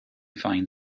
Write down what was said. find